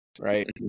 right